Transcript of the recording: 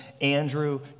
Andrew